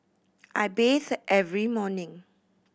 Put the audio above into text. I bathe every morning